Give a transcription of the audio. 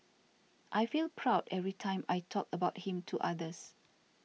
I feel proud every time I talk about him to others